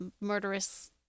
murderous